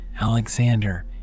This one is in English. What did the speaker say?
Alexander